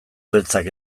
beltzak